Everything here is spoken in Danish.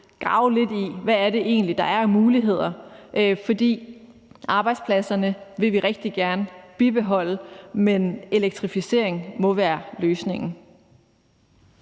grave lidt i, hvad det egentlig er, der er af muligheder, for arbejdspladserne vil vi rigtig gerne bibeholde, men elektrificering må være løsningen.